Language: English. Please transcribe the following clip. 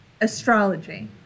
astrology